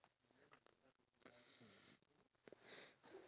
what how to sing like what